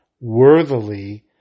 worthily